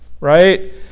right